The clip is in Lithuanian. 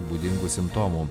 būdingų simptomų